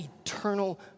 eternal